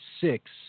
six